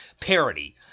parody